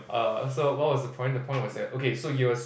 err so what was the point the point was that okay so he was